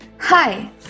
Hi